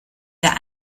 der